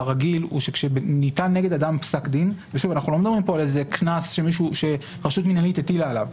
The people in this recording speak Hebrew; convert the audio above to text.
ושוב אנחנו לא מדברים פה על איזה קנס שהרשות המנהלית הטילה עליו.